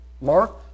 Mark